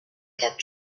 get